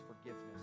forgiveness